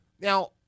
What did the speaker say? now